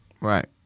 Right